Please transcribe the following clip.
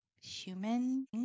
human